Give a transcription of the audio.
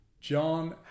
John